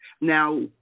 Now